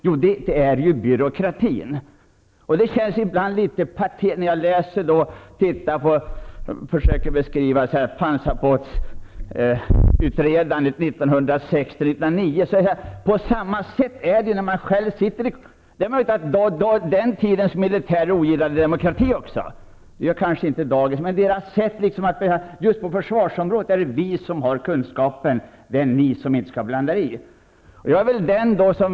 Jo, det är byråkratin. Det känns ibland litet patetiskt, t.ex. när jag försöker beskriva pansarbåtsutredandet 1906 till 1909. Vi vet att den tidens militärer ogillade demokrati också. Det gör inte dagens. Men deras sätt på försvarsområdet är att säga att det är de som har kunskapen och att det skall ni politiker inte skall blanda er så mycket i.